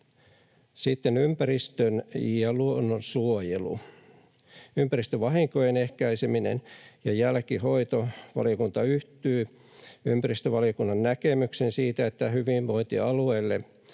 Sitten ympäristön‑ ja luonnonsuojelu, ympäristövahinkojen ehkäiseminen ja jälkihoito: valiokunta yhtyy ympäristövaliokunnan näkemykseen siitä, että hyvinvointialueille